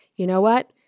you know what?